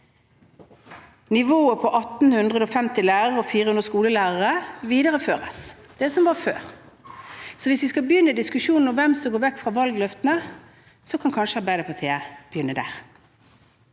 Nivået på 1 850 lærere og 400 skoleledere videreføres. Så hvis vi skal begynne en diskusjon om hvem som går vekk fra valgløftene, kan kanskje Arbeiderpartiet begynne der.